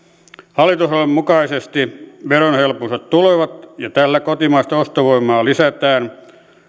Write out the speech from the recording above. hallitusohjelman mukaisesti verohelpotukset tulevat ja tällä kotimaista ostovoimaa lisätään